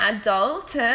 adult